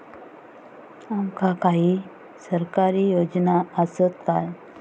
आमका काही सरकारी योजना आसत काय?